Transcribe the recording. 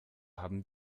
haben